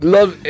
Love